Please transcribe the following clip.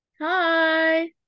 Hi